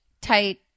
tight